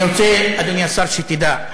אני רוצה, אדוני השר, שתדע: